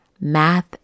math